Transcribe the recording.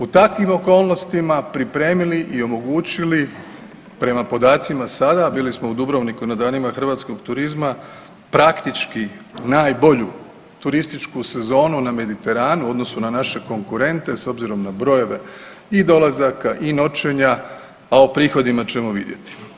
U takvim okolnostima pripremili i omogućili prema podacima sada bili smo u Dubrovniku na Danima hrvatskog turizma praktički najbolju turističku sezonu na Mediteranu u odnosu na naše konkurente, s obzirom na brojeve i dolazaka, i noćenja, a o prihodima ćemo vidjeti.